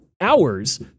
hours